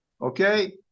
Okay